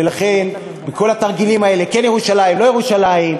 ולכן, כל התרגילים האלה, כן ירושלים, לא ירושלים,